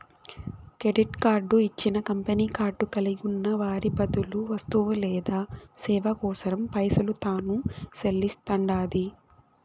credit card ఇచ్చిన company card కలిగున్న వారి బదులు వస్తువు లేదా సేవ కోసరం పైసలు తాను సెల్లిస్తండాది